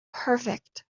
perfect